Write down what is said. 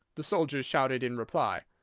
the soldiers shouted in reply.